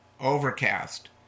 Overcast